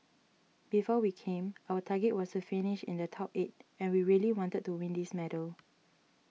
before we came our target was to finish in the top eight and we really wanted to win this medal